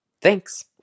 Thanks